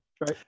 right